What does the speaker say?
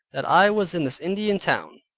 that i was in this indian town,